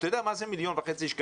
אתה יודע מה זה 1,500,000 ₪?